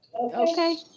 Okay